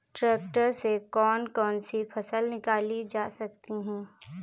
Tractor से कौन कौनसी फसल निकाली जा सकती हैं?